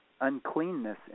uncleanness